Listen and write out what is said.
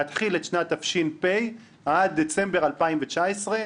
להתחיל את שנת תש"פ עד דצמבר 2019,